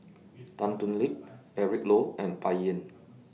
Tan Thoon Lip Eric Low and Bai Yan